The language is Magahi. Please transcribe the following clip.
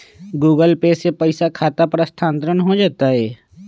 गूगल पे से पईसा खाता पर स्थानानंतर हो जतई?